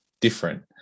different